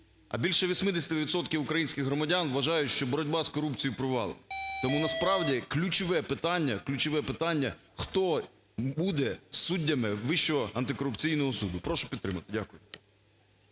а більше 80 відсотків українських громадян вважають, що боротьба з корупцією провалена. Тому насправді ключове питання… ключове питання- хто буде суддями Вищого антикорупційного суду. Прошу підтримати. Дякую.